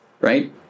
right